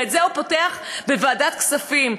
ואת זה הוא פותח בוועדת הכספים,